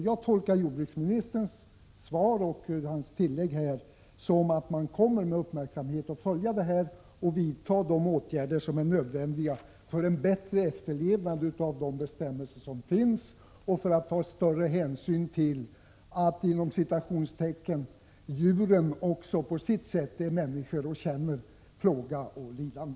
Jag tolkar jordbruksministerns svar och hans tillägg här så att man med uppmärksamhet kommer att följa ärendet och vidta de åtgärder som är nödvändiga för en bättre efterlevnad av de bestämmelser som finns och så att större hänsyn tas till att djuren på sitt sätt är som människor och känner plåga och lidande.